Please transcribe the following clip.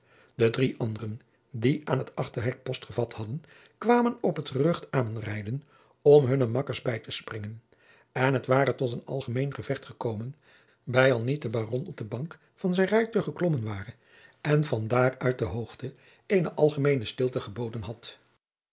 de drie anderen die aan het achterhek post gevat hadden kwamen op het gerucht aanrijden om hunne makkers bij te springen en het ware tot een algemeen gevecht gekomen bijaldien niet de baron op de bank van zijn rijtuig geklommen ware en van daar uit de hoogte eene algemeene stilte geboden had